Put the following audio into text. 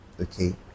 okay